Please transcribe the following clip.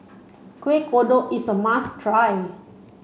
Kuih Kodok is a must try